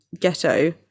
ghetto